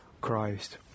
Christ